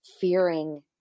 fearing